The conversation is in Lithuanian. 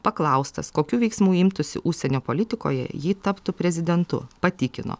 paklaustas kokių veiksmų imtųsi užsienio politikoje jei taptų prezidentu patikino